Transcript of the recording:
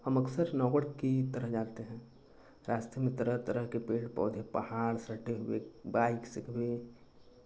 हम अक्सर नवगढ़ की तरफ़ जाते हैं रास्ते में तरह तरह के पेड़ पौधे पहाड़ सटे हुए बाइक़ से कभी